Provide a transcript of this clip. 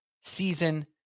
season